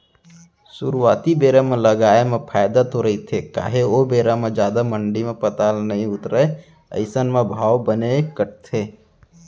सुरुवाती बेरा म लगाए म फायदा तो रहिथे काहे ओ बेरा म जादा मंडी म पताल नइ उतरय अइसन म भाव बने कटथे